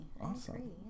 awesome